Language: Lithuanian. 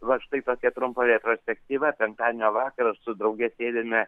va štai tokia trumpa retrospektyva penktadienio vakarą su drauge sėdime